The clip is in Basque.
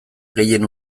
gehien